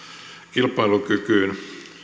kilpailukykyyn